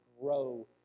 grow